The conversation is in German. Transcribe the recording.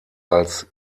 als